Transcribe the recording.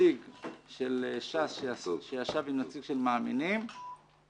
נציג של ש"ס שישב עם נציג של מאמינים,